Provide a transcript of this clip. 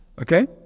Okay